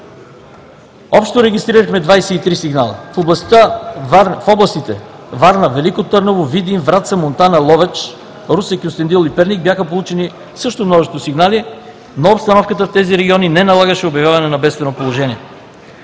Общо регистрирахме 23 сигнала. В областите Варна, Велико Търново, Видин, Враца, Монтана, Ловеч, Русе, Кюстендил и Перник бяха получени също множество сигнали, но обстановката в тези региони не налагаше обявяване на бедствено положение.